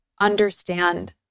understand